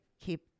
keep